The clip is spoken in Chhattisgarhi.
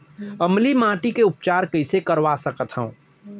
अम्लीय माटी के उपचार कइसे करवा सकत हव?